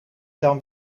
dan